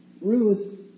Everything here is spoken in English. Ruth